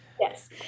Yes